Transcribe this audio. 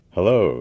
Hello